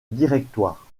directoire